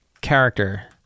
character